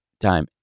time